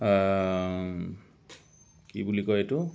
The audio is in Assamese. কি বুলি কয় এইটো